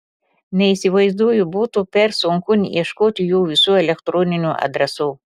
neįsivaizduoju būtų per sunku ieškoti jų visų elektroninių adresų